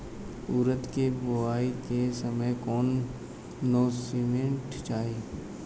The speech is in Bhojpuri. उरद के बुआई के समय कौन नौरिश्मेंट चाही?